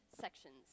sections